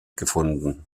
gefunden